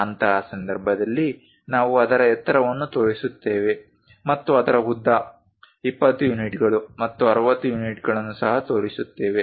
ಅಂತಹ ಸಂದರ್ಭದಲ್ಲಿ ನಾವು ಅದರ ಎತ್ತರವನ್ನು ತೋರಿಸುತ್ತೇವೆ ಮತ್ತು ಅದರ ಉದ್ದ 20 ಯೂನಿಟ್ಗಳು ಮತ್ತು 60 ಯೂನಿಟ್ಗಳನ್ನು ಸಹ ತೋರಿಸುತ್ತೇವೆ